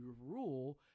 rule